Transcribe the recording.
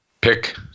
pick